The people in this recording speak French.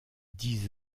dix